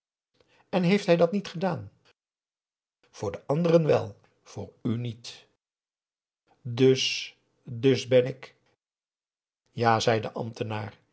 en heeft hij dat niet gedaan voor de anderen wel voor u niet us dus ben ik ja zei de ambtenaar